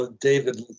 David